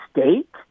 State